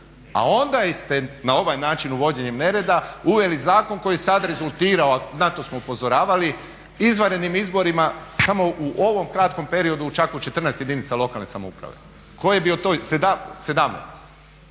a onda ste na ovaj način uvođenjem nereda uveli zakon koji sad rezultira, na to smo upozoravali, izvanrednim izborima samo u ovom kratkom periodu čak u 14 jedinica lokalne samouprave, 17. Jer to